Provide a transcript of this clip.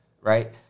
right